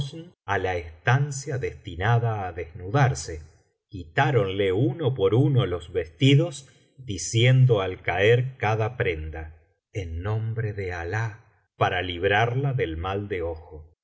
á la estancia destinada á desnudarse quitáronla uno por uno los vestidos diciendo al caer cada prenda en nom biblioteca valenciana generalitat valenciana las mil noches y una noche bre de alah para librarla del mal de ojo